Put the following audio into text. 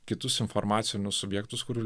kitus informacinius subjektus kurių